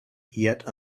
yet